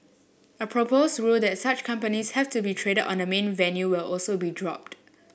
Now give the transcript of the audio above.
a proposed rule that such companies have to be traded on the main venue will also be dropped